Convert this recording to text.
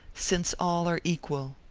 since all are equal.